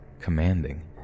commanding